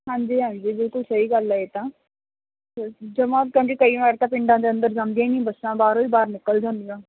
ਹਾਂਜੀ ਹਾਂਜੀ ਬਿਲਕੁਲ ਸਹੀ ਗੱਲ ਹੈ ਇਹ ਤਾਂ ਜਮਾ ਕਿਉਂਕਿ ਕਈ ਵਾਰ ਤਾਂ ਪਿੰਡਾਂ ਦੇ ਅੰਦਰ ਜਾਂਦੀਆਂ ਹੀ ਨਹੀਂ ਬੱਸਾਂ ਬਾਹਰੋਂ ਹੀ ਬਾਹਰ ਨਿਕਲ ਜਾਂਦੀਆਂ